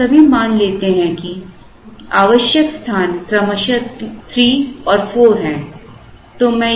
अब हम अभी मान लेते हैं कि आवश्यक स्थान क्रमशः 3 और 4 हैं